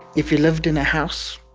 if you lived in a house,